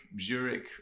Zurich